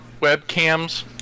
webcams